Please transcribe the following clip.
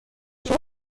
شما